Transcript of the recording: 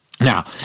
Now